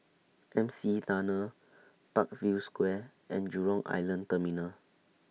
M C E Tunnel Parkview Square and Jurong Island Terminal